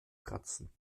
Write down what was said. kratzen